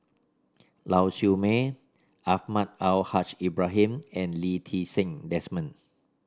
Lau Siew Mei Almahdi Al Haj Ibrahim and Lee Ti Seng Desmond